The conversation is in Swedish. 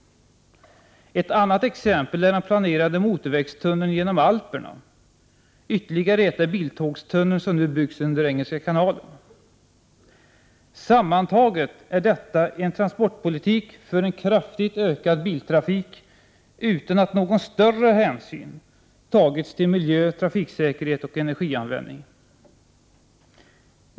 Ett annat exempel är den planerade motorvägstunneln genom Alperna och ytterligare ett är biltågstunneln som nu byggs under Engelska kanalen. Sammantaget är detta en transportpolitik för en kraftigt ökad biltrafik, utan att någon större hänsyn tagits till miljö, trafiksäkerhet och energianvändning.